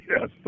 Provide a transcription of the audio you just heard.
yes